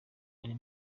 ari